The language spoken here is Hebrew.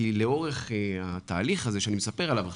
כי לאורך התהליך הזה שאני מספר עליו עכשיו,